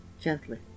gently